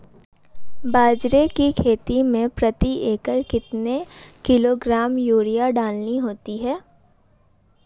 बाजरे की खेती में प्रति एकड़ कितने किलोग्राम यूरिया डालनी होती है?